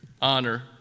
honor